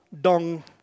dong